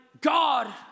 God